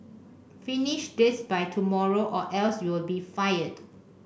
finish this by tomorrow or else you'll be fired